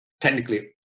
technically